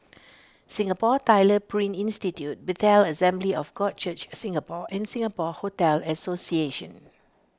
Singapore Tyler Print Institute Bethel Assembly of God Church Singapore and Singapore Hotel Association